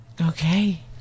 Okay